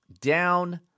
Down